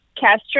Castro